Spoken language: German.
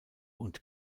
und